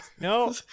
No